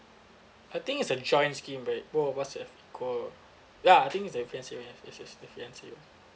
I think it's a joint scheme where both of us have equal yeah I think it's the fiancee one yes yes the fiancee